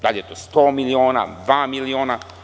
Da li je to 100 miliona, dva miliona?